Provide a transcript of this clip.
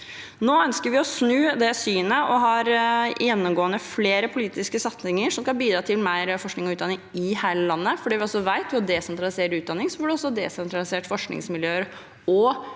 Nå ønsker vi å snu det synet og har gjennomgående flere politiske satsinger som skal bidra til mer forskning og utdanning i hele landet. Vi vet at ved å desentralisere utdanning får man også desentraliserte forskningsmiljøer og